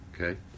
Okay